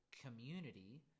community